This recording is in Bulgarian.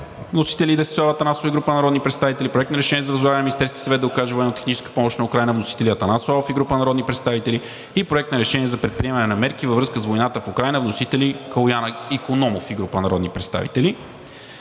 вносители – Десислава Атанасова и група народни представители; Проект на решение за възлагане на Министерския съвет да окаже военно-техническа помощ на Украйна, вносители – Атанас Славов и група народни представители; Проект на решение за предприемане на мерки във връзка с войната в Украйна, вносители – Калоян Икономов и група народни представители.